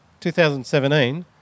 2017